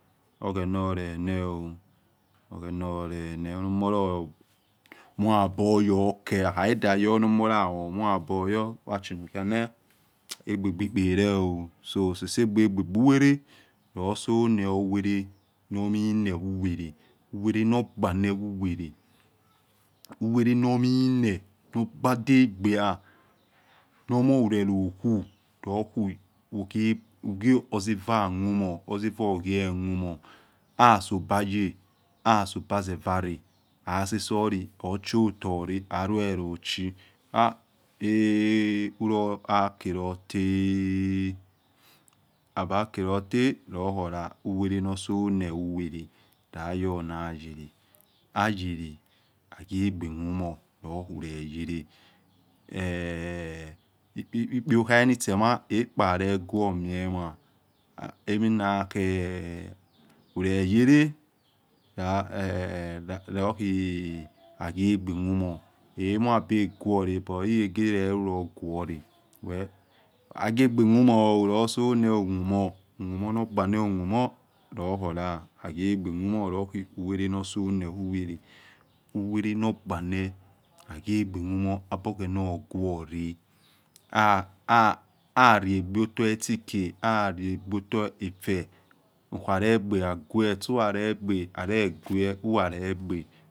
Oghena lolene oh oghenahulena humuagborwo ke hakha khedayor onymola humuaboyor nachi nokuiana egbebi ikphele oh so sesegbe egbe buwele lo sono uwele nomine uwele uwele no kbarie uwele uwelenomine nobadagbalua nomuhurelokhu lohohukhioezeua mumor ozeua oghie mumor awasebaye awayase bazevare hasesoli hushiotore haruelocho ha eeeeh hulolakeloteeh abakeloteh holohola uwelenosonewuwele layonayele iyele oghiogbe mumor lokhuleyele igbiokhainitsemah ekpale guomiema heminakhe huleyele lohokhagiegbe mumor emuabe kwore but hihegele, kwore well aghiegbe mumor oh lusono mumor mumor nor gbano mumor luhola haghiegbe mumor loho uwele nor sone wuwele uwele nor gbano obor ghena oguore hahariagbe otor itsike kharia gbe otor etfe uhalegbe agueh suha legbo halegueh huhalegbe.